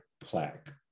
plaque